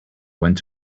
went